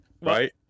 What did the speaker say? Right